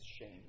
shame